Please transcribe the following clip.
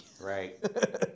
right